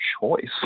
choice